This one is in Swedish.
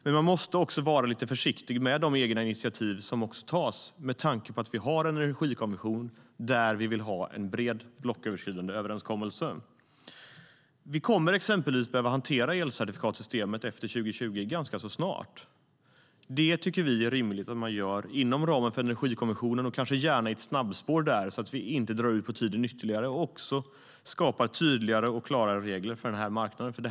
Men man måste vara lite försiktig med de egna initiativ som tas med tanke på att vi har en energikommission där vi vill ha en bred, blocköverskridande överenskommelse. Vi kommer exempelvis att behöva hantera hur elcertifikatssystemet ska vara efter 2020 ganska snart. Det är rimligt att det görs inom ramen för Energikommissionen och kanske gärna i ett snabbspår så att det inte drar ut på tiden ytterligare. Vi vill också skapa tydligare regler för marknaden.